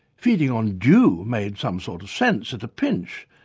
feeding on dew made some sort of sense at a pinch,